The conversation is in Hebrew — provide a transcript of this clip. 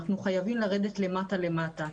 אנחנו חייבים לרדת למטה-למטה,